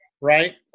Right